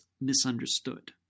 misunderstood